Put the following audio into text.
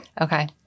okay